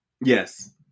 Yes